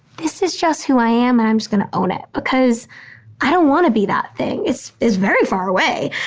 this is just who i am and i'm just going to own it because i don't want to be that thing. it's is very far away.